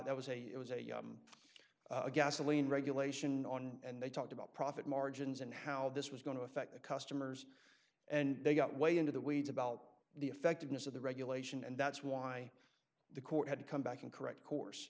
there was a it was a yum a gasoline regulation on and they talked about profit margins and how this was going to affect the customers and they got way into the weeds about the effectiveness of the regulation and that's why the court had to come back and correct course